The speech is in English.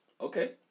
Okay